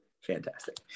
fantastic